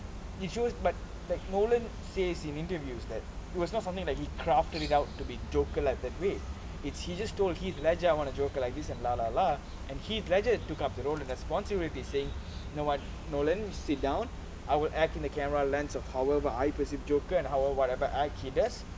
it shows but that nolan says in interviews that it was not something that he crafted it out to be joker like that way it's he just told heath ledger I want a joker like this and lah lah lah and heath ledger took up the role in response to what he was saying know what nolan sit down I will act in the camera lens of however I will perceive joker and however I think he does